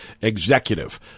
Executive